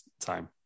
time